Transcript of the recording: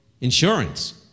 insurance